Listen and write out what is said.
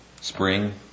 spring